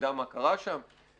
שנדע מה קרה שם.